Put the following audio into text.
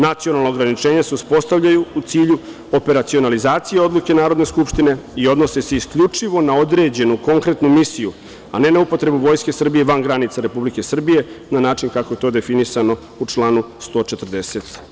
Nacionalna ograničenja se uspostavljaju u cilju operacionalizacije odluke Narodne skupštine i odnose se isključivo na određenu konkretnu misiju, a ne na upotrebu Vojske Srbije van granica Republike Srbije na način kako je to definisano u članu 140.